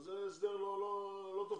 אז ההסדר לא תופס,